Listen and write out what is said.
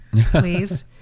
please